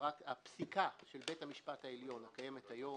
הפסיקה של בית המשפט העליון הקיימת היום